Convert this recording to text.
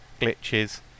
glitches